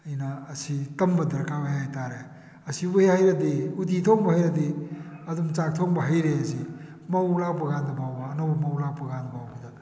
ꯑꯩꯅ ꯑꯁꯤ ꯇꯝꯕ ꯗꯔꯀꯥꯔ ꯑꯣꯏ ꯍꯥꯏꯇꯥꯔꯦ ꯑꯁꯤꯕꯨ ꯍꯦꯛ ꯍꯩꯔꯗꯤ ꯎꯠꯇꯤ ꯊꯣꯡꯕ ꯍꯩꯔꯗꯤ ꯑꯗꯨꯝ ꯆꯥꯛ ꯊꯣꯡꯕ ꯍꯩꯔꯦꯁꯤ ꯃꯧ ꯂꯥꯛꯄ ꯀꯥꯟꯗ ꯐꯥꯎꯕ ꯑꯅꯧꯕ ꯃꯧ ꯂꯥꯛꯄ ꯀꯥꯟꯗ ꯐꯥꯎꯕꯗ